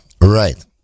Right